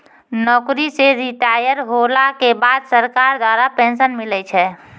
नौकरी से रिटायर होला के बाद सरकार द्वारा पेंशन मिलै छै